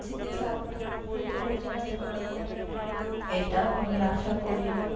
ঠিক ঠাক পুকুরে ফেলতে পারবো এটাও আমি আশা করিনি